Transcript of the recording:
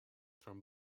from